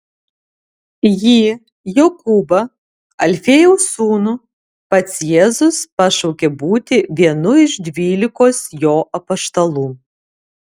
jį jokūbą alfiejaus sūnų pats jėzus pašaukė būti vienu iš dvylikos jo apaštalų